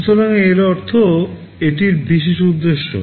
সুতরাং এর অর্থ এটির বিশেষ উদ্দেশ্য